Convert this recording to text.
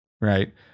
right